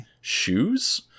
shoes